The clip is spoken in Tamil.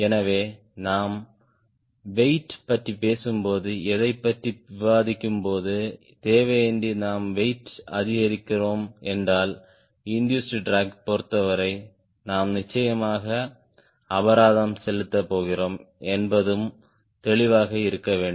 எனவே நாம் வெயிட் பற்றி பேசும்போது எதைப் பற்றி விவாதிக்கும்போது தேவையின்றி நாம் வெயிட் அதிகரிக்கிறோம் என்றால் இண்டூஸ்ட் ட்ராக் பொறுத்தவரை நாம் நிச்சயமாக அபராதம் செலுத்தப் போகிறோம் என்பதும் தெளிவாக இருக்க வேண்டும்